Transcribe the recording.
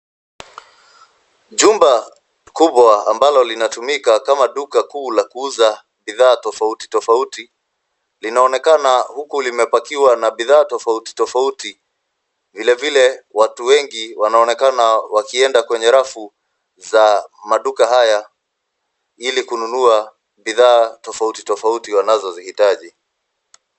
Jumba kubwa ambalo linatumika kama duka kuu la kuuza bidhaa tofauti tofauti, linaonekana huku limepakiwa na bidhaa tofauti tofauti. Vilevile watu wengi wanaonekana wakienda kwenye rafu za maduka haya ili kununua bidhaa tofauti tofauti wanazozihitaji.